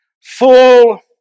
full